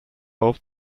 hope